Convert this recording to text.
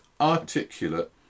articulate